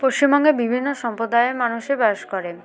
পশ্চিমবঙ্গে বিভিন্ন সম্প্রদায়ের মানুষই বাস করে